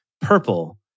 purple